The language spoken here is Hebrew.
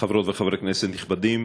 חברות וחברי כנסת נכבדים,